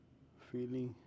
Feeling